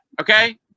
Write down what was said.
Okay